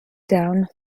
down